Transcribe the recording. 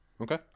Okay